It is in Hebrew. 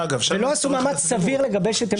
ולא עשו מאמץ סביר לגבש את עמדתם.